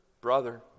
brother